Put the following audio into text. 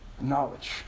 knowledge